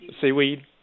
seaweed